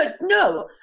no